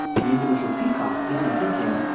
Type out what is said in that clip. the individual peacock isn't thinking,